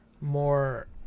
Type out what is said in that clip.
more